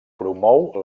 promou